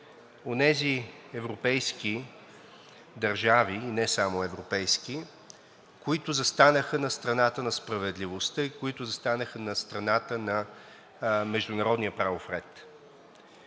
онези европейски държави и не само европейски, които застанаха на страната на справедливостта и които застанаха на страната на международния правов ред.